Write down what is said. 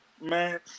Man